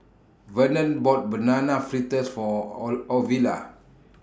Vernon bought Banana Fritters For All Ovila